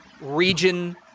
region